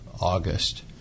August